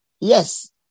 yes